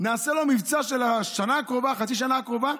נעשה לו מבצע בשנה הקרובה, חצי שנה הקרובה,